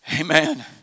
Amen